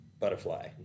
Butterfly